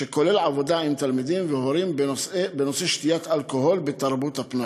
שכולל עבודה עם תלמידים והורים בנושא שתיית אלכוהול בתרבות הפנאי.